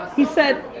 he said,